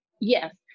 Yes